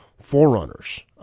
Forerunners